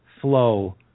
flow